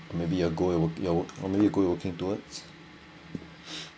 maybe a goal your work your work or maybe your goal you working towards